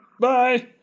Bye